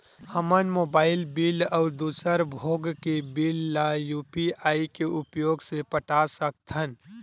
हमन mobile bill अउ दूसर भोग के बिल ला यू.पी.आई के उपयोग से पटा सकथन